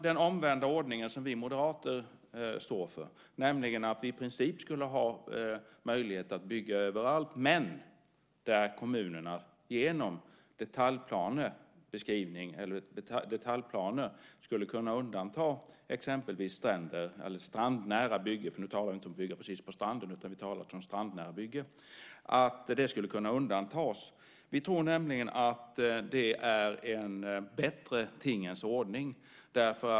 Den omvända ordning som vi moderater står för är att vi i princip skulle ha möjlighet att bygga överallt, men kommunerna skulle genom detaljplaner kunna undanta exempelvis strandnära bygge - vi talar inte om att bygga precis på stranden. Vi tror nämligen att det är en bättre tingens ordning.